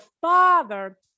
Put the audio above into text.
Father